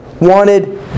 wanted